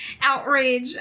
outrage